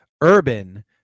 Urban